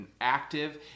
active